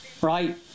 Right